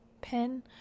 pen